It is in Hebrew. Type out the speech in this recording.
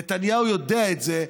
נתניהו יודע את זה,